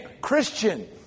Christian